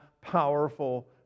powerful